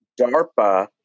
darpa